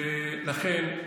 ולכן,